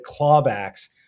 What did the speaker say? clawbacks